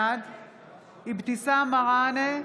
בעד אבתיסאם מראענה,